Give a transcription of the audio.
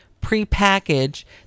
pre-packaged